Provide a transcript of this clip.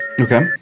Okay